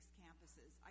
campuses